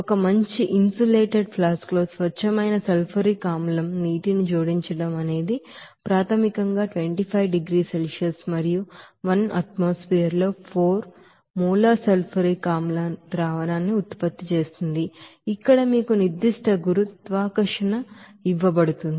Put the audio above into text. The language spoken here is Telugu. ఒక మంచి ఇన్సులేటెడ్ ఫ్లాస్క్ లో స్వచ్ఛమైన సల్ఫ్యూరిక్ ಆಸಿಡ್లో నీటిని జోడించడం అనేది ప్రాథమికంగా 25 డిగ్రీల సెల్సియస్ మరియు 1atmosphereలో 4 మోలార్ సల్ఫ్యూరిక్ ಆಸಿಡ್ ಸೊಲ್ಯೂಷನ್న్ని ఉత్పత్తి చేస్తుంది ఇక్కడ మీకు నిర్ధిష్ట గురుత్వాకర్షణ ఇవ్వబడుతుంది